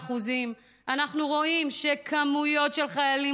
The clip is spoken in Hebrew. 86% אנחנו רואים שכמויות של חיילים